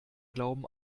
glauben